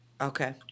Okay